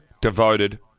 devoted